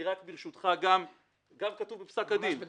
זה כתוב גם בפסק הדין, וברשותך אקרא: